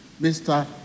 Mr